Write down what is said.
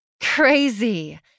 Crazy